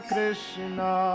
Krishna